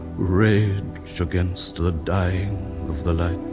rage against the dying of the light